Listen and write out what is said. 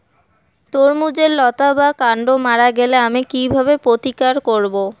তরমুজের লতা বা কান্ড মারা গেলে আমি কীভাবে প্রতিকার করব?